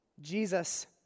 Jesus